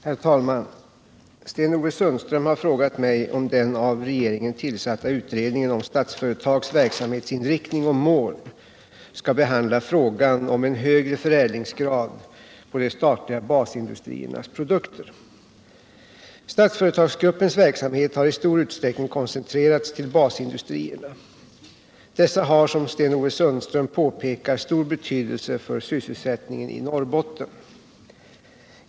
Herr talman! Sten-Ove Sundström har frågat mig om den av regeringen tillsatta utredningen om Statsföretags verksamhetsinriktning och mål skall behandla frågan om en högre förädlingsgrad på de statliga basindustriernas produkter. Statsföretagsgruppens verksamhet har i stor utsträckning koncentrerats till basindustrierna. Dessa har, som Sten-Ove Sundström påpekar, stor betydelse för sysselsättningen i Norrbotten.